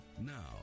now